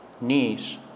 knees